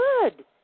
good